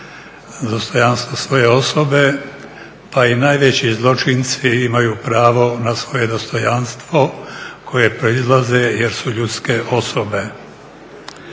dostojanstvo svoje osobe. Pa i najveći zločinci imaju pravo na svoje dostojanstvo koje proizlazi jer su ljudske osobe.